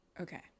Okay